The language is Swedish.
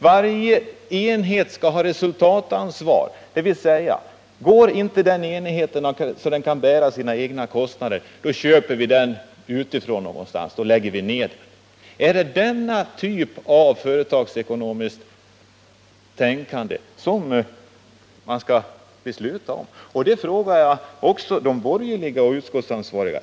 Varje enhet skall då ha resultatansvar, dvs. att går inte en enhet ihop så att den kan bära sina egna kostnader, då lägger vi ned den, och då köper vi produkterna någonstans utifrån. Är det en sådan typ av företagsekonomiskt tänkande som vi nu skall besluta om? Det frågar jag också de borgerliga representanterna i utskottet.